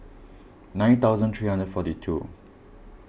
nine thousand three hundred and forty two